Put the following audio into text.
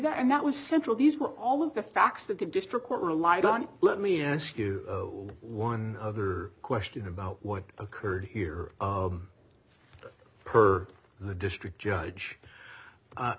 that and that was central these were all of the facts that the district court relied on let me ask you one other question about what occurred here per the district judge